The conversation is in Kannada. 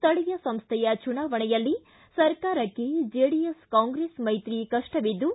ಸ್ಥಳಿಯ ಸಂಸ್ಥೆಯ ಚುನಾವಣೆಯಲ್ಲಿ ಸರ್ಕಾರಕ್ಕೆ ಜೆಡಿಎಸ್ ಕಾಂಗ್ರೆಸ್ ಮೈತ್ರಿ ಕಪ್ಪವಿದ್ದು